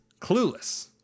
Clueless